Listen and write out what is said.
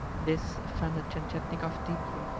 this offended tientietnikov deeply,